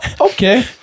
okay